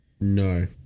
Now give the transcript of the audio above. No